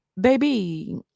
baby